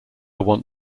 want